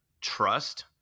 trust